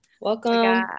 Welcome